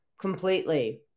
completely